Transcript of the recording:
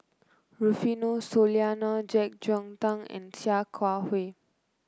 Rufino Soliano JeK Yeun Thong and Sia Kah Hui